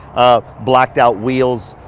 um blacked out wheels,